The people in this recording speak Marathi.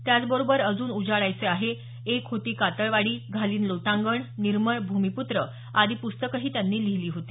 त्याचबरोबर अजून उजाडायचे आहे एक होती कातळवाडी घालीन लोटांगण निर्मळ भूमिपुत्र आदी पुस्तकंही त्यांनी लिहिली होती